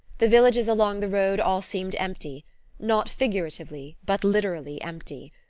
the villages along the road all seemed empty not figuratively but literally empty.